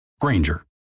Granger